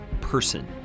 person